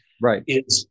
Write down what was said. Right